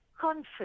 confidence